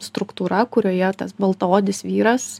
struktūra kurioje tas baltaodis vyras